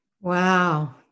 Wow